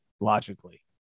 logically